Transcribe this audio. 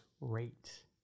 rate